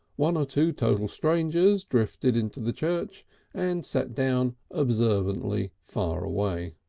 one or two total strangers drifted into the church and sat down observantly far away.